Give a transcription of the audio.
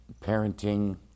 parenting